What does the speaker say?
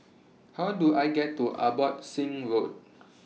How Do I get to Abbotsingh Road